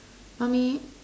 mummy